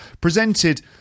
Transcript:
presented